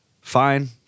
fine